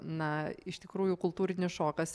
na iš tikrųjų kultūrinis šokas